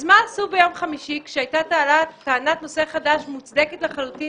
אז מה עשו ביום חמישי כשהיתה טענת נושא חדש מוצדקת לחלוטין,